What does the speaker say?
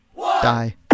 Die